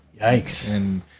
Yikes